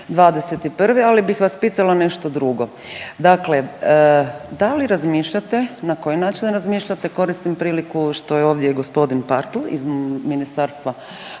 '21., ali bih vas pitala nešto drugo. Dakle, da li razmišljate, na koji način razmišljati, koristim priliku što je ovdje g. Partl iz Ministarstva